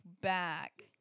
back